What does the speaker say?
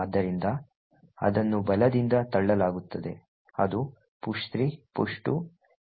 ಆದ್ದರಿಂದ ಅದನ್ನು ಬಲದಿಂದ ತಳ್ಳಲಾಗುತ್ತದೆ ಅದು push 3 push 2 ಮತ್ತು push 1